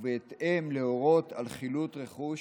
ובהתאם, להורות על חילוט רכוש